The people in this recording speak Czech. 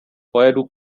pojedu